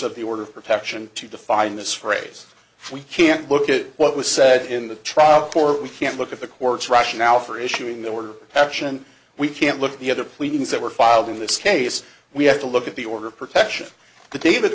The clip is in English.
of the order of protection to define this phrase we can't look at what was said in the trial court we can't look at the court's rationale for issuing the order action we can't look at the other pleadings that were filed in this case we have to look at the order of protection the david